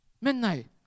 midnight